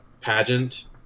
pageant